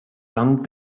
зам